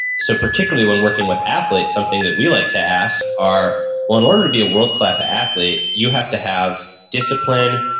so particularly when working with athletes, something that we like to ask are well in order to be a world class athlete, you have to have discipline,